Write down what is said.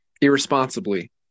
irresponsibly